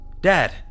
Dad